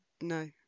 No